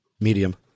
Medium